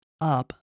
up